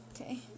Okay